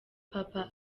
papa